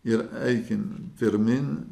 ir eikim pirmyn